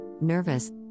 nervous